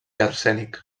arsènic